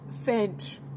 Finch